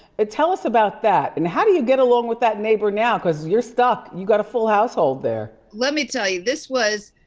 tell us about that. and how do you get along with that neighbor now? cause you're stuck. you got a full household there. let me tell you, this was,